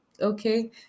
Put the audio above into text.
okay